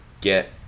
get